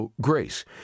grace